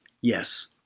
Yes